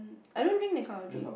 I don't drink that kind of drink